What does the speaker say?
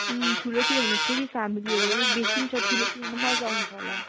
ठुलो किन्यो भने फेरि फ्यामिलीहरू अलिक बेसी पनि छ ठुलो किन्यो भने मज्जा आउँछ होला